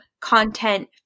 content